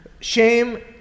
shame